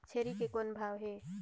छेरी के कौन भाव हे?